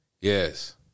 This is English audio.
Yes